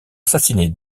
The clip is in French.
assassiner